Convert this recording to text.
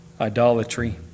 idolatry